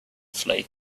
flee